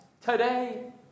today